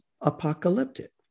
apocalyptic